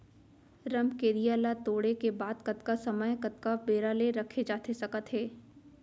रमकेरिया ला तोड़े के बाद कतका समय कतका बेरा ले रखे जाथे सकत हे?